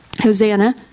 Hosanna